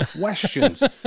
questions